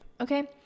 okay